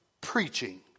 preaching